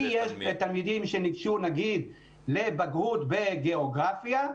לי למשל יש תלמידים שניגשו לבגרות בגאוגרפיה,